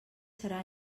serà